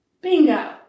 bingo